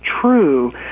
true